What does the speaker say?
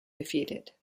defeated